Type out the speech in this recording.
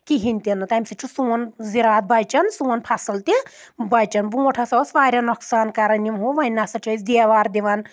کِہیٖنۍ تہِ نہٕ تَمہِ سۭتۍ چھُ سون زِراعت بَچَان سون فصٕل تہِ بَچَان برونٛٹھ ہسا اوس واریاہ نۄقصان کران یِمو وۄنۍ نسا چھِ أسۍ دیوار دِوان